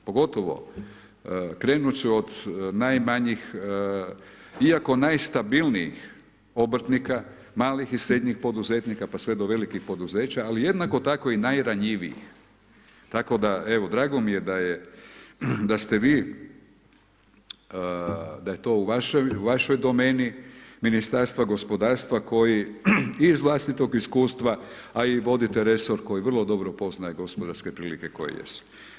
Pogotovo, krenut ću od najmanjih iako najstabilnijih obrtnika, malih i srednjih poduzetnika, pa sve do velikih poduzeća, ali jednako tako i najranjivijih tako da evo drago mi je da je, da ste vi, da je to u vašoj domeni Ministarstva gospodarstva koji i iz vlastitog iskustva, a i vodite resor koji vrlo dobro poznaje gospodarske prilike koje jesu.